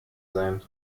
sein